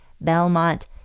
Belmont